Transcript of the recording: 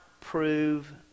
prove